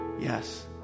yes